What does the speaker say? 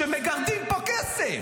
כשמגרדים פה כסף.